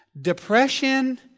Depression